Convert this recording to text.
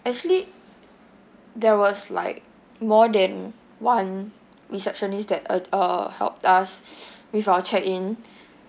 actually there was like more than one receptionist that uh uh helped us with our check in